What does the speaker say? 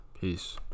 Peace